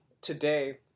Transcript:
today